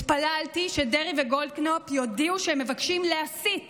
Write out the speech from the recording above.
התפללתי שדרעי וגולדקנופ יודיעו שהם מבקשים להסיט